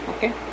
Okay